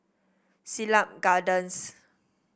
Siglap Gardens